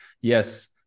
Yes